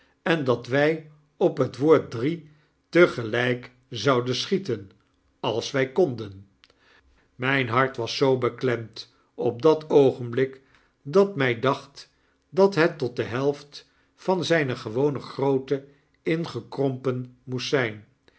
en dat wy op het woord drie tegelyk zouden schieten als wy konden myn hart was zoo beklemd op dat oogenblik dat my dacht dat het tot de helft van zijne gewone grootte ingekrompen moest zyn